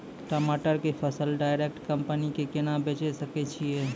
टमाटर के फसल डायरेक्ट कंपनी के केना बेचे सकय छियै?